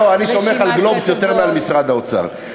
אני סומך על "גלובס" יותר מעל משרד האוצר.